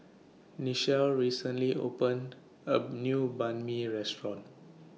Nichelle recently opened A New Banh MI Restaurant